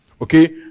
Okay